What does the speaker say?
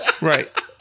right